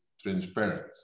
transparent